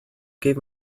gave